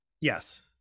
Yes